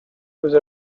whose